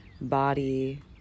body